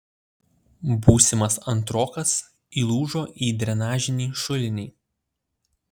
būsimas antrokas įlūžo į drenažinį šulinį